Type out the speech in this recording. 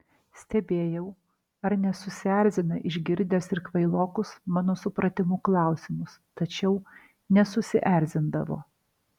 stebėjau ar nesusierzina išgirdęs ir kvailokus mano supratimu klausimus tačiau nesusierzindavo